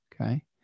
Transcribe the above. okay